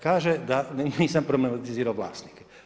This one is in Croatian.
Kaže da nisam problematizirao vlasnike.